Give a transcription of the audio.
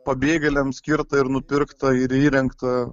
pabėgėliams skirtą ir nupirktą ir įrengtą